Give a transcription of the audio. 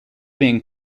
being